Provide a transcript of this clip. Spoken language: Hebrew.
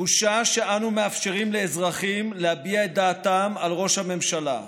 בושה שאנו מאפשרים לאזרחים להביע את דעתם על ראש הממשלה,